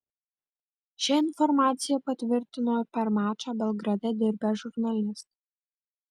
šią informacija patvirtino ir per mačą belgrade dirbęs žurnalistas